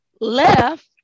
left